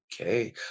Okay